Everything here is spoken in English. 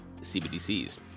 CBDCs